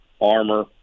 armor